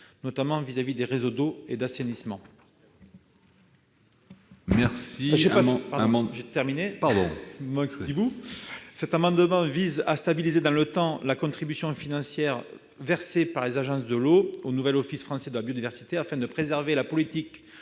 notamment en matière de réseaux d'eau et d'assainissement.